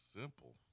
simple